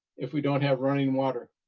if we don't have running water?